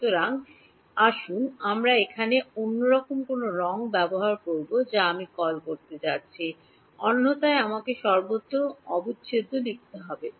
সুতরাং এই আসুন আমরা এখানে অন্যরকম রঙ ব্যবহার করব যা আমি কল করতে যাচ্ছি অন্যথায় আমাকে সর্বত্র ডানদিকে অবিচ্ছেদ্য লিখতে হবে